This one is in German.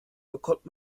bekommt